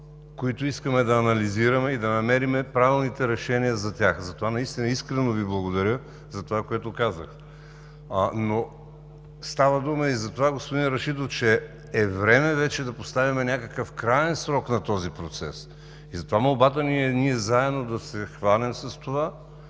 които искаме да анализираме и да намерим правилните решения за тях. Затова наистина искрено Ви благодаря, за това, което казахте. Но става дума и за това, господин Рашидов, че е време вече да поставим някакъв краен срок на този процес. Затова молбата ни е заедно да се хванем с това,